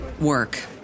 work